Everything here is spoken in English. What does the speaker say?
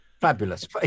Fabulous